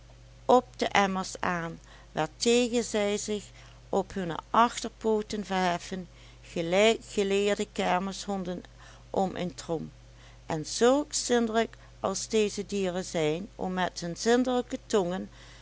op de emmers aan waartegen zij zich op hunne achterpooten verheffen gelijk geleerde kermishonden om een trom en zulks zindelijk als deze dieren zijn om met hun zindelijke tongen